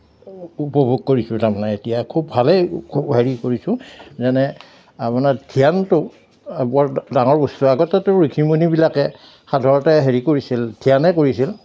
উপভোগ কৰিছোঁ তাৰমানে এতিয়া খুব ভালেই হেৰি কৰিছোঁ যেনে মানে আপোনাৰ ধ্যানটো বৰ ডাঙৰ বস্তু আগততো ঋষি মুনিবিলাকে সাধাৰণতে হেৰি কৰিছিল ধ্যানে কৰিছিল